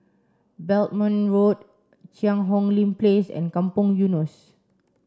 Belmont Road Cheang Hong Lim Place and Kampong Eunos